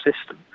system